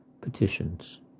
petitions